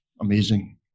amazing